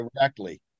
directly